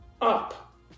up